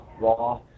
raw